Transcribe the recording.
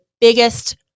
biggest